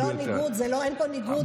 אבל אדוני, זה לא ניגוד, אין פה ניגוד בנושא.